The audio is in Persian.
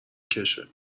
کشهمگه